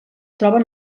troben